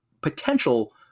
potential